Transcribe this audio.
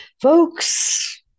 Folks